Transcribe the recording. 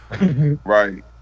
Right